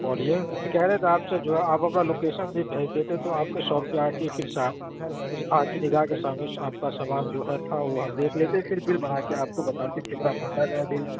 بولیے یہ کہہ رہے تھے آپ سے جو ہے آپ اپنا لوکیشن بھی بھیج دیتے تو آپ کے شاپ پہ آ کے پھر سا آپ کی نگاہ کے سامنے آپ کا سامان جو ہے تھا وہ ہم دیکھ لیتے پھر بل بنا کے آپ کو بتاتے کتنا بڑھتا گیا بل